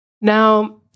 Now